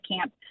camp